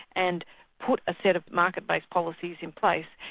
and put a set of market-based policies in place,